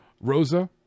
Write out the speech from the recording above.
Rosa